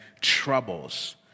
troubles